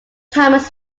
thomas